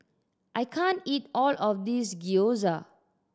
I can't eat all of this Gyoza